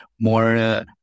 more